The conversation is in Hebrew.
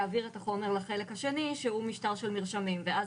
להעביר את החומר לחלק השני שהוא משטר של מרשמים ואז